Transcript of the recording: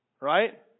Right